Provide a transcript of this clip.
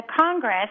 congress